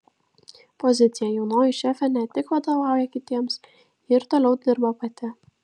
pozicija jaunoji šefė ne tik vadovauja kitiems ji ir toliau dirba pati